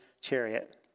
chariot